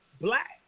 black